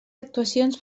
actuacions